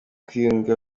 kwiyunga